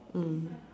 mm